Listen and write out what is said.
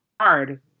hard